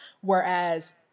whereas